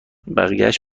بقیهاش